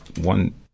one